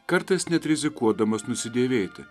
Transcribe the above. kartais net rizikuodamas nusidėvėti